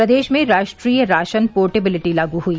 प्रदेश में राष्ट्रीय ration portability लागू हुई